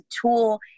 tool